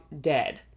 dead